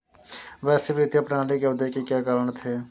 वैश्विक वित्तीय प्रणाली के उदय के क्या कारण थे?